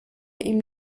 ihm